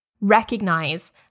recognize